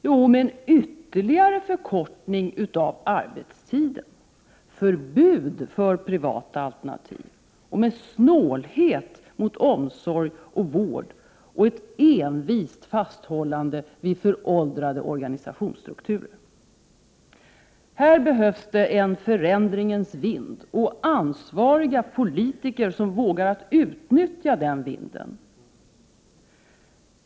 Jo, med en ytterligare förkortning av arbetstiden, förbud mot privata alternativ, med snålhet mot omsorg och vård och ett envist fasthållande vid föråldrade organisationsstrukturer. Här behövs en förändringens vind och ansvariga politiker som vågar utnyttja den vinden.